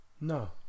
no